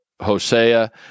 Hosea